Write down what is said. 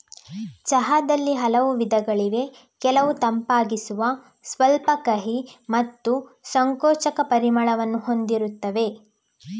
ಚಹಾದಲ್ಲಿ ಹಲವು ವಿಧಗಳಿವೆ ಕೆಲವು ತಂಪಾಗಿಸುವ, ಸ್ವಲ್ಪ ಕಹಿ ಮತ್ತು ಸಂಕೋಚಕ ಪರಿಮಳವನ್ನು ಹೊಂದಿರುತ್ತವೆ